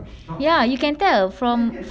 ya you can tell from